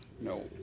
No